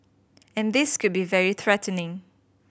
and this could be very threatening